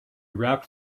wrapped